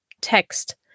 text